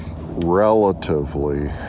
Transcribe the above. relatively